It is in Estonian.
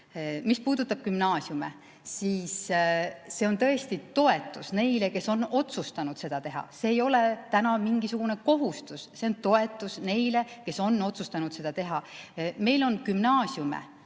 Mis puudutab gümnaasiume, siis see on tõesti toetus neile, kes on otsustanud seda teha. See ei ole täna mingisugune kohustus, vaid see on toetus neile, kes on otsustanud seda teha. Meil on gümnaasiume